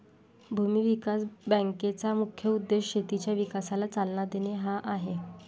भूमी विकास बँकेचा मुख्य उद्देश शेतीच्या विकासाला चालना देणे हा आहे